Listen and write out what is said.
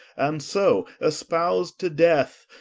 and so espous'd to death,